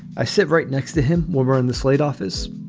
i sit right next to him while we're on the slide office.